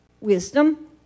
wisdom